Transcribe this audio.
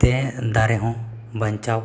ᱛᱮ ᱫᱟᱨᱮ ᱦᱚᱸ ᱵᱟᱧᱪᱟᱣ